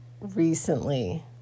recently